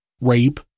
rape